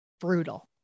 brutal